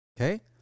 Okay